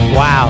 Wow